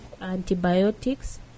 antibiotics